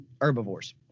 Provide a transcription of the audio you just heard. herbivores